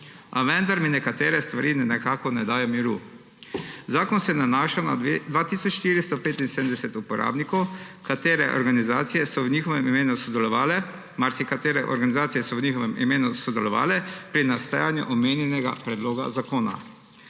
A vendar mi nekatere stvari nekako ne dajo miru. Zakon se nanaša na 2 tisoč 475 uporabnikov, marsikatere organizacije so v njihovem imenu sodelovale pri nastajanju omenjenega predloga zakona.